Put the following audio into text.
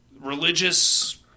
religious